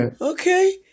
Okay